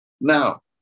Now